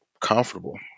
comfortable